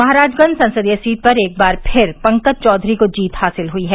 महराजगंज संसदीय सीट पर एक फिर पंकज चौधरी को जीत हासिल हुई है